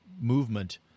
movement